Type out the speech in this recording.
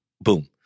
boom